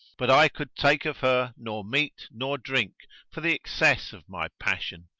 but i could take of her nor meat nor drink for the excess of my passion,